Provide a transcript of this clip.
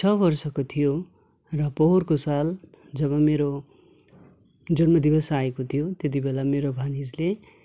छ वर्षको थियो र पोहोरको साल जब मेरो जन्मदिवस आएको थियो त्यति बेला मेरो भानिजले